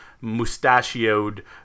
mustachioed